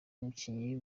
umukinnyi